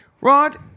Rod